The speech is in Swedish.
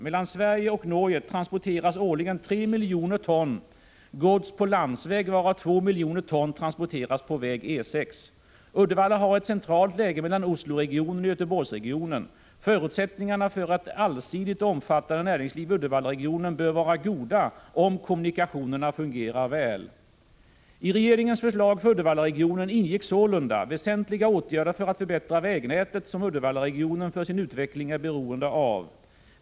Mellan Sverige och Norge transporteras årligen 3 miljoner ton gods på landsväg, varav 2 miljoner ton transporteras på väg E 6. Uddevalla har ett centralt läge mellan Osloregionen och Göteborgsregionen. Förutsättningarna för ett allsidigt och omfattan Prot. 1985/86:103 de näringsliv i Uddevallaregionen bör vara goda om kommunikationerna fungerar väl. I regeringens förslag för Uddevallaregionen ingick sålunda väsentliga åtgärder för att förbättra vägnätet, som Uddevallaregionen för sin utveckling är beroende av.